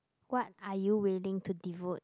what are you willing to devote